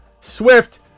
Swift